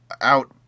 out